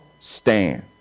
stand